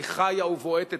היא חיה ובועטת.